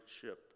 ship